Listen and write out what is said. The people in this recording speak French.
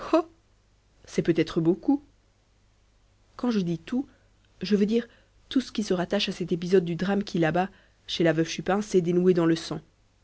c'est peut-être beaucoup quand je dis tout je veux dire tout ce qui se rattache à cet épisode du drame qui là-bas chez la veuve chupin s'est dénoué dans le sang